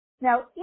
Now